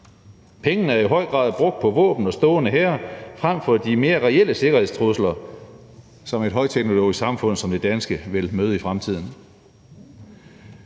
Pengene er i høj grad brugt på våben og stående hære frem for de mere reelle sikkerhedstrusler, som et højteknologisk samfund som det danske vil møde i fremtiden.